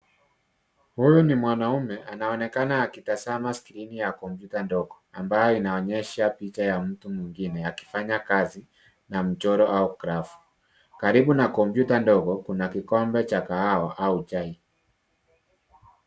Huyu ni mwanaume anaonekana akitazama skrini ya kompyuta ndogo amabayo inaonyesha picha ya mtu mwingine akifanya kazi na mchoro au grafu. Karibu na kompyuta ndogo kuna kikombe cha kahawa au chai.